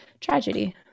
tragedy